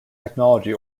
technology